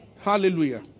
hallelujah